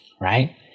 right